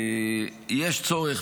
יש צורך,